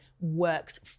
works